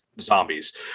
zombies